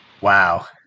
wow